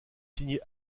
signer